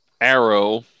Arrow